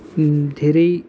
धेरै